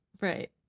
right